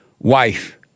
Wife